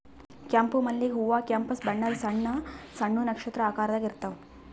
ಕೆಂಪ್ ಮಲ್ಲಿಗ್ ಹೂವಾ ಕೆಂಪ್ ಬಣ್ಣದ್ ಸಣ್ಣ್ ಸಣ್ಣು ನಕ್ಷತ್ರ ಆಕಾರದಾಗ್ ಇರ್ತವ್